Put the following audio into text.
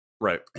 right